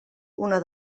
una